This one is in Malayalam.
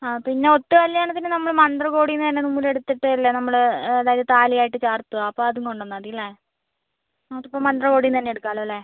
ആ പിന്നെ ഒത്ത് കല്യാണത്തിന് നമ്മൾ മന്ത്രകോടിയിൽ നിന്ന് തന്നെ നൂൽ എടുത്തിട്ടല്ലേ നമ്മൾ അതായത് താലി ആയിട്ട് ചാർത്തുക അപ്പോൾ അതും കൊണ്ട് വന്നാൽ മതി അല്ലേ അത് ഇപ്പോൾ മന്ത്രകോടിയിൽ നിന്ന് തന്നെ എടുക്കാമല്ലോ അല്ലേ